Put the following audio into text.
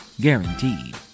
Guaranteed